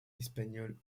espagnol